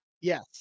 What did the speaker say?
Yes